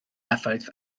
effaith